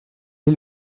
est